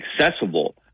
accessible